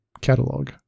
catalog